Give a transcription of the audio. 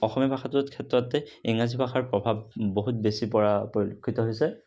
অসমীয়া ভাষাটোৰ ক্ষেত্ৰতে ইংৰাজী ভাষাৰ প্ৰভাৱ বহুত বেছি পৰা পৰিলক্ষিত হৈছে